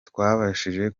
twabashije